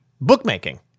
bookmaking